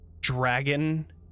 dragon